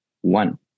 One